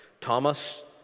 Thomas